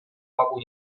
могу